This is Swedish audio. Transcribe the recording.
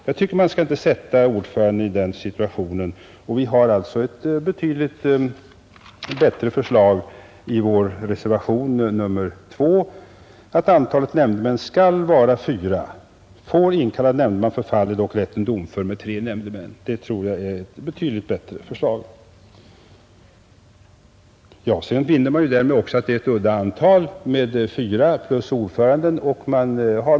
Jag tycker inte att man skall försätta ordföranden i den situationen. Vi har alltså ett betydligt bättre förslag i vår reservation 2, nämligen att antalet nämndemän skall vara fyra. Får inkallad nämndeman förfall är dock rätten domför med tre nämndemän. Det tror jag är ett betydligt bättre förslag. Med vårt förslag vinner man dessutom fördelen av ett udda antal ledamöter, ordföranden plus fyra ledamöter.